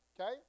okay